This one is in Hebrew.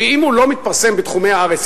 ואם הוא לא מתפרסם בתחומי הארץ,